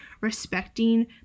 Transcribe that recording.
Respecting